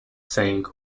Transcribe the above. saying